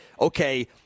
okay